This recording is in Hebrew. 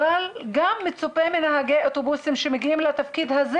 אבל גם מצופה מנהגי אוטובוסים שמגיעים לתפקיד הזה